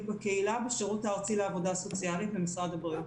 בקהילה בשירות הארצי לעבודה סוציאלית במשרד הבריאות.